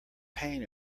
pain